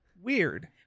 Weird